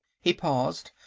he paused.